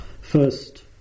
first